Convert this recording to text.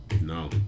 No